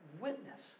witness